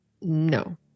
No